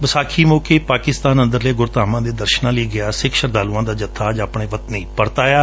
ਵਿਸਾਖੀ ਮੌਕੇ ਪਾਕਿਸਤਾਨ ਅੰਦਰਲੇ ਗੁਰਧਾਮਾਂ ਦੇ ਦਰਸ਼ਨਾਂ ਲਈ ਗਿਆ ਸਿੱਖ ਸ਼ਰਧਾਂਲੁਆਂ ਦਾ ਜੱਬਾ ਅੱਜ ਆਪਣੇ ਵਤਨ ਪਰਤ ਆਇਆ